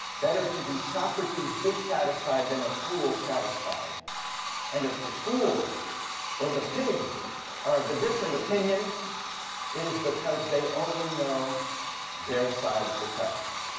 better to the socrates dissatisfied than a fool satisfied and if the fool or the pig are of a different opinion it is because they only know their side of the question.